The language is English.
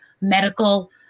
medical